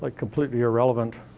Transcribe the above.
like completely irrelevant.